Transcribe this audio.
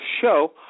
show